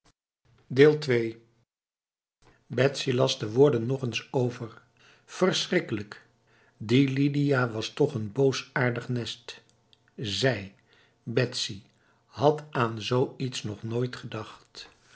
las de woorden nog eens over verschrikkelijk die lidia was toch een boosaardig nest zij betsy had aan zoiets nog nooit gedacht